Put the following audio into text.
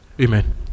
Amen